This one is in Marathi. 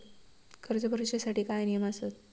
कर्ज भरूच्या साठी काय नियम आसत?